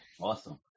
Awesome